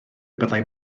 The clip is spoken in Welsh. byddai